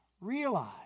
Realize